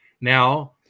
Now